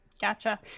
Gotcha